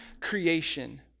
creation